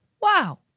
wow